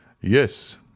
Yes